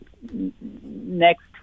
next